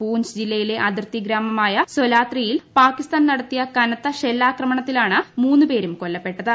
പൂഞ്ച് ജില്ലയിലെ അതിർത്തി ഗ്രാമമായ സോലാത്രിയിൽ പാകിസ്ഥാൻ നടത്തിയ കനത്ത ഷെല്ലാക്രമണത്തിലാണ് മൂന്ന് പേരും കൊല്ലപ്പെട്ടത്